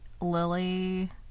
Lily